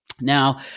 Now